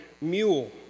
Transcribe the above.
mule